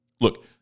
Look